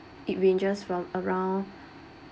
it ranges from around